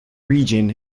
region